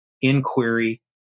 inquiry